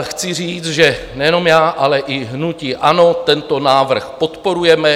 Chci říct, že nejenom já, ale i hnutí ANO tento návrh podporujeme.